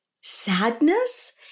sadness